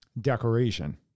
decoration